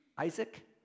Isaac